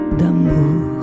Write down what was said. d'amour